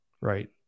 right